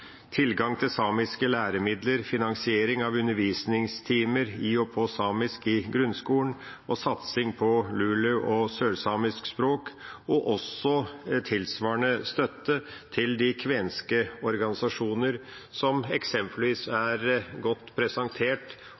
tilgang til samiske læremidler, finansiering av undervisningstimer i og på samisk i grunnskolen, satsing på lulesamisk og sørsamisk språk og tilsvarende støtte til de kvenske organisasjonene, som eksempelvis er godt presentert,